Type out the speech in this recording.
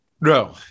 No